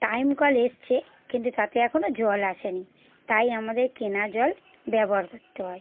time কল এসেছে কিন্তু তাতে এখনো জল আসে নি তাই আমাদের কেনা জল ব্যবসার করতে হয়